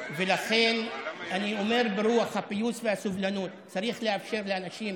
ולכן אני אומר ברוח הפיוס והסובלנות: צריך לאפשר לאנשים